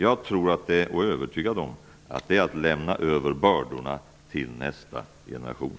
Jag är övertygad om att det är att lämna över bördorna till nästa generation.